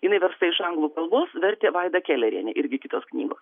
jinai versta iš anglų kalbos vertė vaida kelerienė irgi kitos knygos